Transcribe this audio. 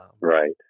Right